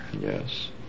Yes